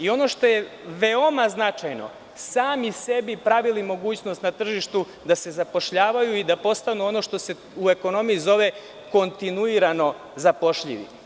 Ono što je veoma značajno, sami sebi pravili mogućnost na tržištu da se zapošljavaju i da postanu ono što se u ekonomiji zove kontinuirano zapošljivi.